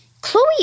Chloe